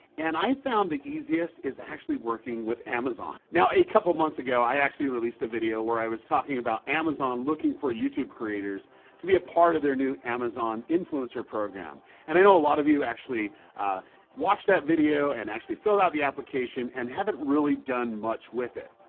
and i found the easiest is actually working with amazon. now a couple months ago i actually released a video where i was talking about amazon looking for youtube creators to be a part of their new amazon influencer program and i know a lot of you actually watched that video and actually filled out the application and haven't really done much with it.